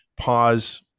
pause